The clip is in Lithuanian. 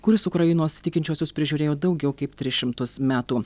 kuris ukrainos tikinčiuosius prižiūrėjo daugiau kaip tris šimtus metų